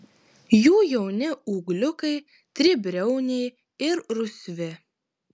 jų jauni ūgliukai tribriauniai ir rusvi